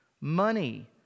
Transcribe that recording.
money